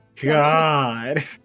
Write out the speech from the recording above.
God